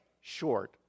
short